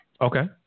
Okay